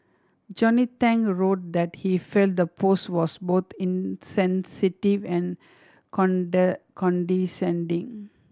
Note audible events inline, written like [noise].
Johnny Tang wrote that he felt the post was both insensitive and [unintelligible] condescending